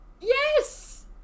yes